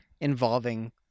involving